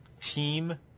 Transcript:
team